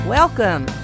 Welcome